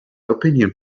opinion